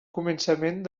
començament